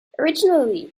originally